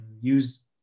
use